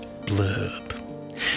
blurb